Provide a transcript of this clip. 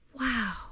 wow